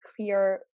clear